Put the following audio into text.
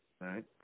Right